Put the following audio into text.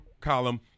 column